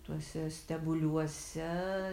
tuose stebuliuose